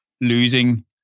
losing